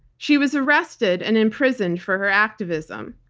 she was arrested and imprisoned for her activism.